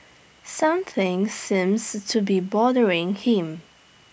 something seems to be bothering him